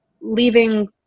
leaving